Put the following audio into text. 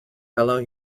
fellow